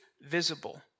visible